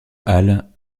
halle